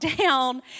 down